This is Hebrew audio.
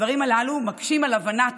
הדברים הללו מקשים על הבנת